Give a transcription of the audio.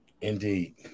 Indeed